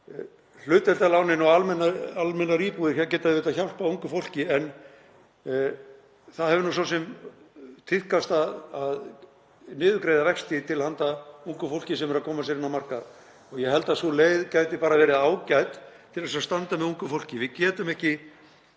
Hlutdeildarlánin og almennar íbúðir geta auðvitað hjálpað ungu fólki en það hefur nú svo sem tíðkast að niðurgreiða vexti til handa ungu fólki sem er að koma sér inn á markað. Ég held að sú leið gæti bara verið ágæt til að standa með ungu fólki. Við getum ekki